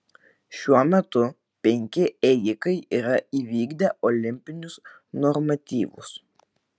šiuo metu penki ėjikai yra įvykdę olimpinius normatyvus